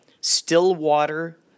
Stillwater